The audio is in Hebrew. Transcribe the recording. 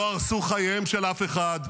לא הרסו את חייו של אף אחד.